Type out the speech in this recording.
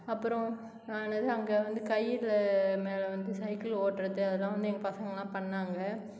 அப்புறம் ஆனது அங்கே வந்து கயிறு மேலே வந்து சைக்கிள் ஓட்டுறது அதெலாம் வந்து எங்கள் பசங்கெலாம் பண்ணிணாங்க